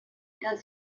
does